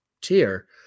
tier